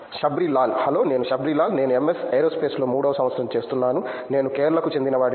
Shabri Lal hello నేను షబ్రిలాల్ నేను MS ఏరోస్పేస్లో మూడవ సంవత్సరం చేస్తున్నాను నేను కేరళకు చెందినవాడిని